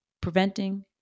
preventing